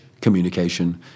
communication